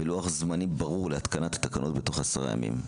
ולוח זמנים ברור להתקנת תקנות בתוך עשרה ימים.